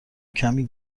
کمی